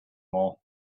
more